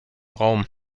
raum